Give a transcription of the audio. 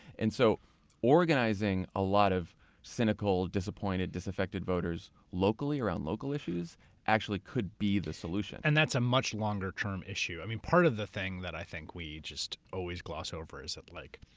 and so organizing a lot of cynical, disappointed, disaffected voters locally around local issues actually could be the solution. and that's a much longer term issue. i mean, part of the thing that i think we just always gloss over is that like.